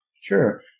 sure